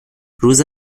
روز